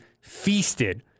feasted